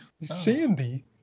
Sandy